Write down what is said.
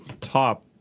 top